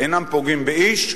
אינם פוגעים באיש,